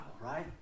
right